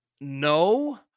No